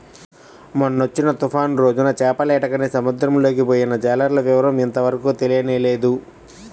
మొన్నొచ్చిన తుఫాను రోజున చేపలేటకని సముద్రంలోకి పొయ్యిన జాలర్ల వివరం ఇంతవరకు తెలియనేలేదు